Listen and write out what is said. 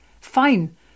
Fine